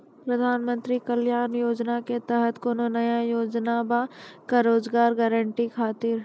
प्रधानमंत्री कल्याण योजना के तहत कोनो नया योजना बा का रोजगार गारंटी खातिर?